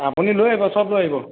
আপুনি লৈ আহিব চব লৈ আহিব